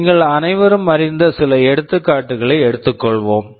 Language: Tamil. நீங்கள் அனைவரும் அறிந்த சில எடுத்துக்காட்டுகளை எடுத்துக்கொள்வோம்